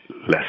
less